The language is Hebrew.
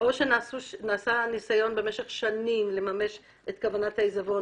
או שנעשה במשך שנים ניסיון לממש את כוונת העיזבון,